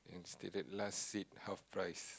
it stated last seat half price